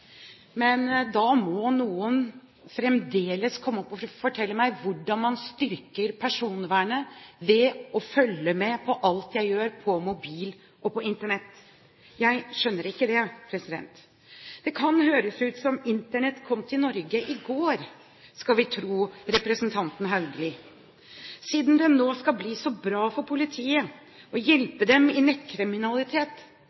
Men da må noen komme og fortelle meg hvordan man styrker personvernet ved å følge med på alt jeg gjør på mobil og på Internett. Jeg skjønner ikke det. Det kan høres ut som Internett kom til Norge i går, når vi hører på representanten Haugli, siden det nå skal bli så bra for politiet